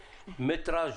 מטרז',